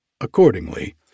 Accordingly